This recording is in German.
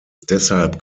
deshalb